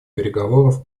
переговоров